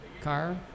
car